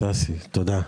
תודה.